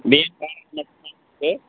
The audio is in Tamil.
வேன் வாடகை மட்டும் தான் இது